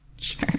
Sure